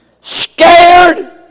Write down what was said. scared